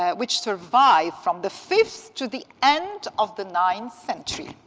ah which survive from the fifth to the end of the ninth century.